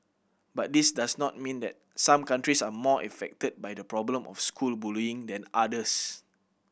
but this does not mean that some countries are more affected by the problem of school bullying than others